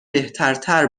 بهترتر